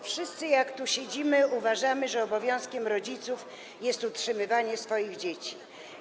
Wszyscy, jak tu siedzimy, uważamy, że obowiązkiem rodziców jest utrzymywanie swoich dzieci.